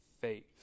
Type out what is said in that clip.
faith